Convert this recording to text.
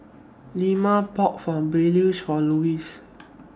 Leoma bought Pulao For Lois